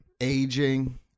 aging